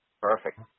Perfect